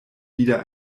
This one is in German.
wieder